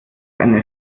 eine